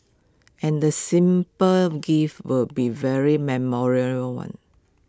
and the simple gift will be very memorable one